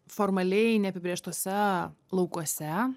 formaliai neapibrėžtuose laukuose